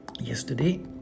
yesterday